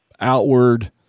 outward